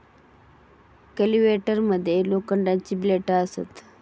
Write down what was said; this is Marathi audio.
कल्टिवेटर मध्ये लोखंडाची ब्लेडा असतत